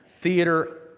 theater